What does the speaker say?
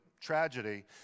tragedy